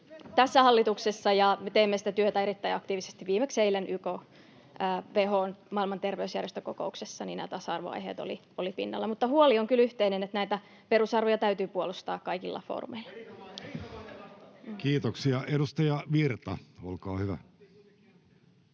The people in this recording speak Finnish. tässä hallituksessa, ja me teemme sitä työtä erittäin aktiivisesti — viimeksi eilen WHO:n, Maailman terveysjärjestön, kokouksessa nämä tasa-arvoaiheet olivat pinnalla. Mutta huoli on kyllä yhteinen. Näitä perusarvoja täytyy puolustaa kaikilla foorumeilla. [Aki Lindén: Erinomainen